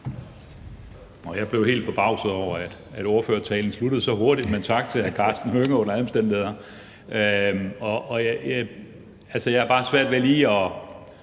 Jeg blev helt forbavset over, at ordførertalen sluttede så hurtigt, men tak til hr. Karsten Hønge under alle omstændigheder. Altså, jeg har bare svært ved lige helt